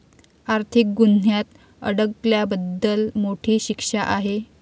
आर्थिक गुन्ह्यात अडकल्याबद्दल मोठी शिक्षा आहे